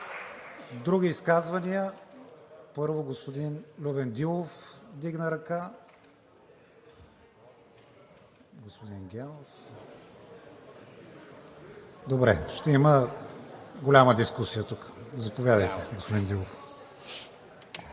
Други изказвания? Първо, господин Любен Дилов вдигна ръка. Господин Генов. Ще има голяма дискусия тук. Заповядайте, господин Дилов.